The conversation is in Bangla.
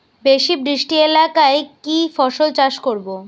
বেশি বৃষ্টি এলাকায় কি ফসল চাষ করব?